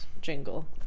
jingle